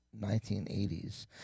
1980s